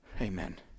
Amen